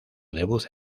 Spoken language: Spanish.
debut